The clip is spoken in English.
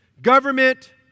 Government